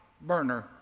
burner